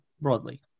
broadly